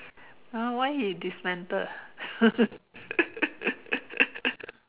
!huh! why he dismantle